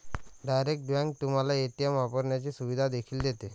direct bank तुम्हाला ATM वापरण्याची सुविधा देखील देते